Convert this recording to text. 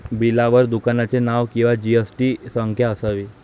बिलावर दुकानाचे नाव किंवा जी.एस.टी संख्या असावी